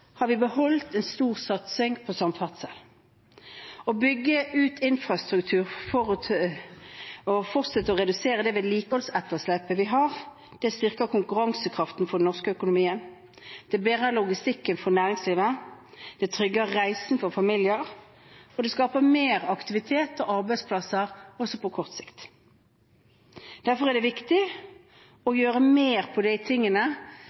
har vi beholdt en stor satsing på samferdsel. Å bygge ut infrastruktur for å fortsette å redusere det vedlikeholdsetterslepet som vi har, det styrker konkurransekraften for den norske økonomien, det bedrer logistikken for næringslivet, det trygger reisen for familier, og det skaper mer aktivitet og arbeidsplasser – også på kort sikt. Derfor er det viktig å gjøre mer med de tingene